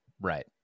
Right